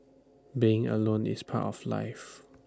being alone is part of life